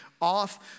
off